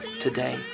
today